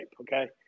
Okay